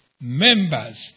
members